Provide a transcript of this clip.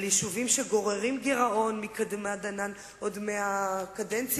קוראים להן משפחות מאתגרות,